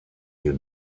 you